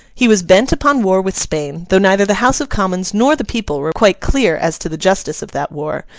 he was bent upon war with spain, though neither the house of commons nor the people were quite clear as to the justice of that war,